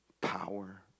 power